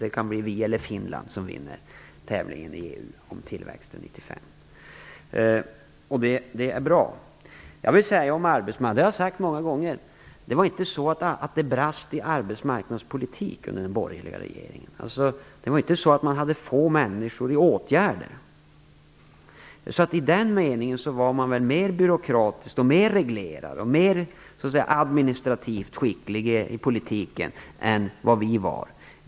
Det kan bli Sverige eller Finland som vinner tävlingen i EU om tillväxten år 1995. Det är bra. Jag har många gånger sagt att det inte brast i arbetsmarknadspolitik under den borgerliga regeringen. Det var inte så att man hade få människor i åtgärder. I den meningen var man mer byråkratisk, mer reglerad och mer administrativt skicklig i politiken än vad vi var.